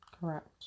Correct